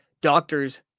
doctors